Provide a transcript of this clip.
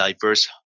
diverse